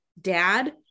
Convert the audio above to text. dad